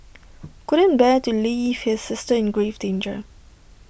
couldn't bear to leave his sister in grave danger